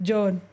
John